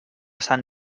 sant